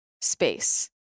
space